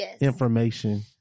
information